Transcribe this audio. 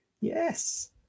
yes